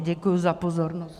Děkuji za pozornost.